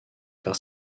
par